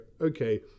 okay